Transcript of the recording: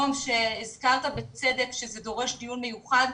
הזכרת בצדק שמחוז הדרום דורש דיון מיוחד.